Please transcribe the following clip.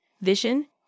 vision